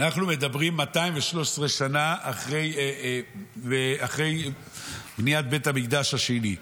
אנחנו מדברים על 213 שנה אחרי בניית בית המקדש השני.